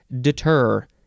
deter